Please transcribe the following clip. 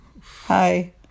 Hi